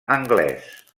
anglès